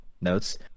notes